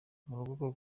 murugo